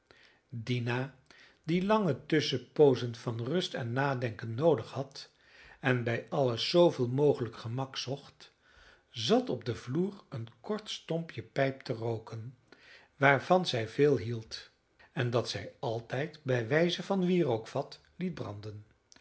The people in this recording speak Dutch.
dina die lange tusschenpoozen van rust en nadenken noodig had en bij alles zooveel mogelijk gemak zocht zat op den vloer een kort stompje pijp te rooken waarvan zij veel hield en dat zij altijd bij wijze van wierookvat liet branden